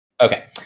Okay